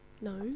No